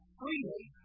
freely